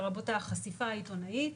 לרבות החשיפה העיתונאית.